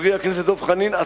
חברי חבר הכנסת דב חנין,